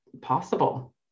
possible